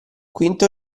quinto